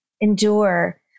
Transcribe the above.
endure